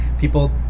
People